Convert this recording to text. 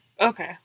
Okay